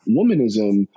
womanism